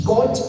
God